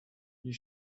you